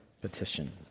petition